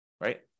right